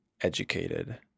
educated